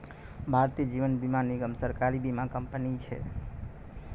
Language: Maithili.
भारतीय जीवन बीमा निगम, सरकारी बीमा कंपनी छै